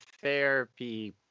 therapy